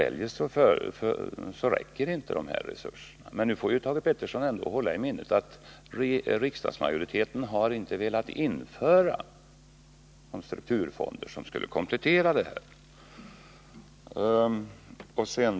Eljest räcker inte resurserna. Men Thage Peterson får hålla i minnet att riksdagsmajoriteten inte har velat införa den strukturfond som skulle komplettera de 5 miljonerna.